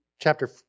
chapter